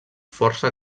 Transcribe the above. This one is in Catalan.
força